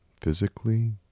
physically